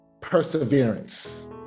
perseverance